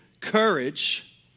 courage